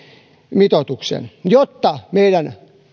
mitoitukseen jotta meidän